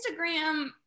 Instagram